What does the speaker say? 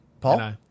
Paul